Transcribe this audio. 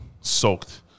soaked